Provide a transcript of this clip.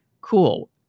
cool